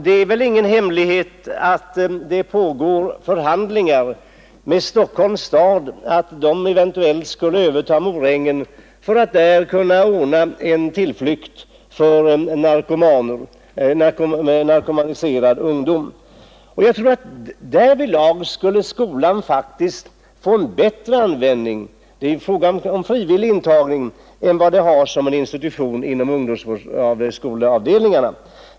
Det är väl ingen hemlighet att förhandlingar pågår med Stockholms stad om att Stockholms stad eventuellt skall överta Morängen för att där ordna en tillflykt för narkotiserad ungdom. Därigenom skulle skolan faktiskt få en bättre användning — det är fråga om frivillig intagning — än den har såsom en institution inom ungdomsvårdskoleverksamheten.